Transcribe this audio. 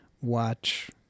watch